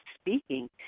speaking